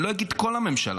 אני לא אגיד כל הממשלה,